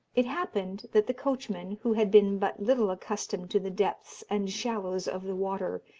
it happened that the coachman, who had been but little accustomed to the depths and shallows of the water,